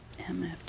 MFT